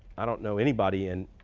i don't know anybody in